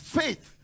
faith